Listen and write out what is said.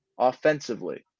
offensively